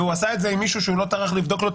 והוא עשה את זה עם מישהו שהוא לא טרח לבדוק לו את